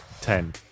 Ten